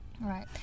Right